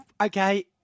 okay